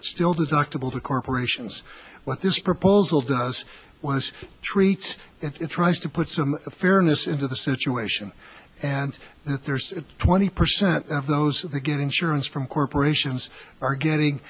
it still does actable to corporations what this proposal does was treats it's tries to put some fairness into the situation and that there's twenty percent of those who to get insurance from corporations are getting